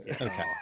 okay